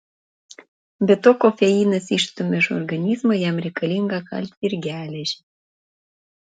be to kofeinas išstumia iš organizmo jam reikalingą kalcį ir geležį